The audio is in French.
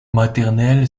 maternel